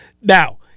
Now